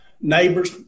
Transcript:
neighbors